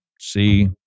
see